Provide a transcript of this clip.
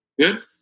Good